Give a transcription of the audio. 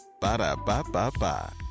Ba-da-ba-ba-ba